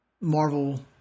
Marvel